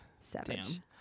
savage